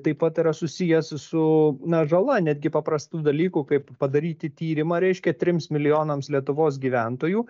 taip pat yra susijęs su na žala netgi paprastų dalykų kaip padaryti tyrimą reiškia trims milijonams lietuvos gyventojų